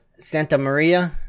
Santamaria